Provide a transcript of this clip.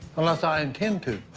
unless i intend to.